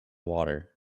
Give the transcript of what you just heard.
water